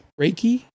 reiki